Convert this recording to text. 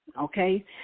Okay